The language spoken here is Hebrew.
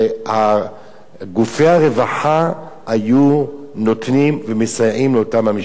שגופי הרווחה היו נותנים ומסייעים לאותן המשפחות.